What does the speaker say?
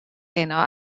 heno